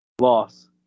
Loss